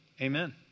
Amen